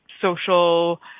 social